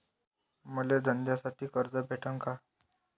मले धंद्यासाठी कर्ज भेटन का?